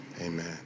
Amen